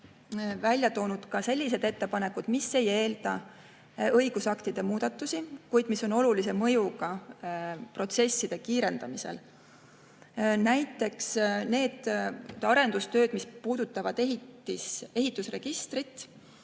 välja toonud sellised ettepanekud, mis ei eelda õigusaktide muutmist, kuid millel on oluline mõju protsesside kiirendamisele. Näiteks arendustööd, mis puudutavad ehitusregistrit.